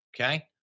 Okay